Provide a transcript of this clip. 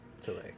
today